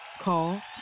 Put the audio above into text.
Call